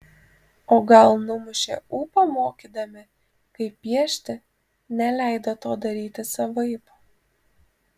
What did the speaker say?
o gal numušė ūpą mokydami kaip piešti neleido to daryti savaip